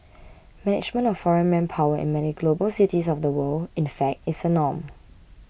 management of foreign manpower in many global cities of the world in fact is a norm